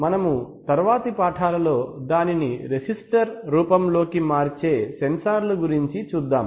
మనము తరువాతి పాఠాలలో దానిని రెసిస్టరు రూపంలోకి మార్చే సెన్సార్లు గురించి చూద్దాం